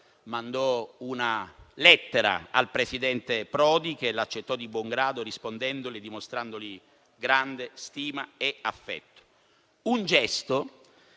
mandando una lettera al presidente Prodi che l'accettò di buon grado rispondendogli e dimostrandogli grande stima e affetto. Un gesto